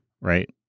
right